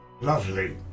Lovely